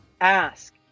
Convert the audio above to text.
Ask